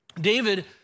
David